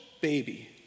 baby